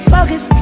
Focus